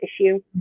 issue